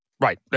Right